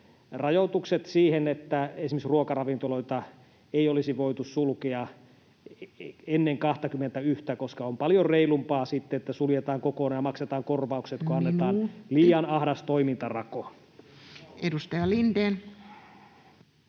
rajoitukset siihen, että esimerkiksi ruokaravintoloita ei olisi voitu sulkea ennen 21:tä, koska on paljon reilumpaa, että suljetaan sitten kokonaan ja maksetaan korvaukset, [Puhemies: Minuutti!] kuin annetaan liian ahdas toimintarako. Edustaja Lindén.